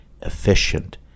efficient